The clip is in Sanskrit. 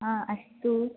आ अस्तु